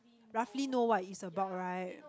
roughly know what is about right